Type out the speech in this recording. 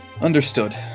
Understood